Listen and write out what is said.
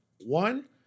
One